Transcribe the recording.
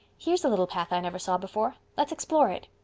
here's a little path i never saw before. let's explore it.